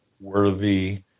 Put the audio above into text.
worthy